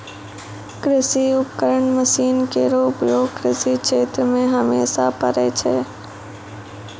कृषि उपकरण मसीन केरो उपयोग कृषि क्षेत्र मे हमेशा परै छै